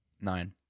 Nine